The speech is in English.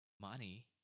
money